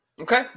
Okay